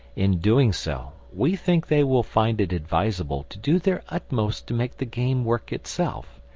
in doing so, we think they will find it advisable to do their utmost to make the game work itself,